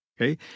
okay